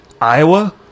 Iowa